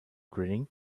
grinning